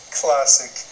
classic